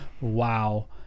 wow